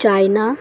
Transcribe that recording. China